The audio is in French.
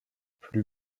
plus